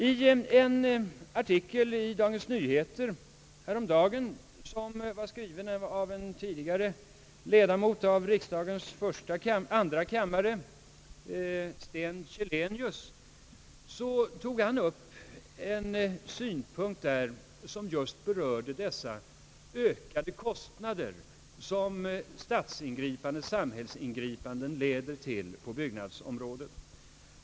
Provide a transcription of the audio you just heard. I en artikel i Dagens Nyheter härom dagen, som skrivits av en tidigare ledamot av riksdagens andra kammare, herr Sten Källenius, tog han upp en synpunkt som just berörde de ökade kostnader som statsingripanden och samhällsingripanden leder till på byggnadsområdet.